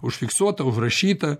užfiksuota užrašyta